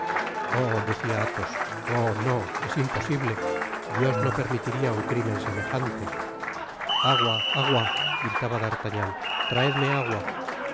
oh decia athos oh no es imposible dios no permitiría un crimen semejante agua agua gritaba d'artagnan traedme agua oh